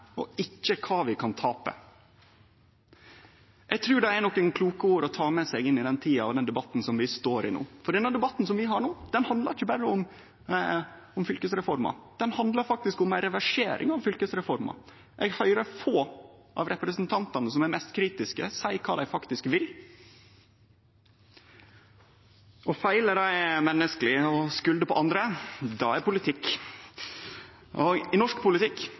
og ikkje om kva vi kan tape. Eg trur det er kloke ord å ta med seg inn i den tida og den debatten som vi står i no, for den debatten som vi har no, handlar ikkje berre om fylkesreforma, han handlar om ei reversering av fylkesreforma. Eg høyrer få av dei representantane som er mest kritiske, seie kva dei faktisk vil. Å feile er menneskeleg. Å skulde på andre er politikk. I norsk politikk